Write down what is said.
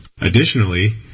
Additionally